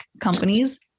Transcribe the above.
companies